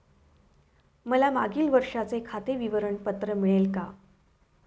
मला मागील वर्षाचे खाते विवरण पत्र मिळेल का?